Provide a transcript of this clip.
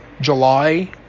July